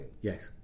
Yes